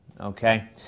Okay